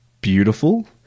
beautiful